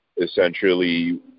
essentially